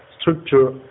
structure